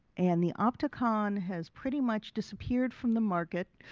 and the opticon has pretty much disappeared from the market.